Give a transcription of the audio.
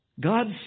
God